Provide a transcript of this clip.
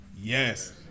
Yes